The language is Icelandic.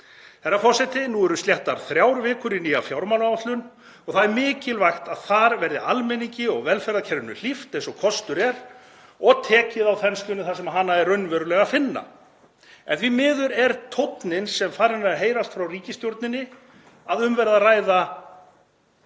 Herra forseti. Nú eru sléttar þrjár vikur í nýja fjármálaáætlun og mikilvægt að þar verði almenningi og velferðarkerfinu hlíft eins og kostur er og tekið á þenslunni þar sem hana er raunverulega að finna. En því miður er tónninn sem farinn er að heyrast frá ríkisstjórninni sá að um verði að ræða